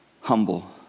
humble